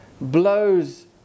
blows